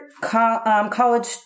college